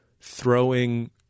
throwing